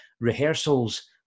rehearsals